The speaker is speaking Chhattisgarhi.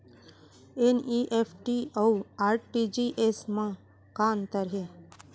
एन.ई.एफ.टी अऊ आर.टी.जी.एस मा का अंतर हे?